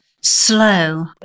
slow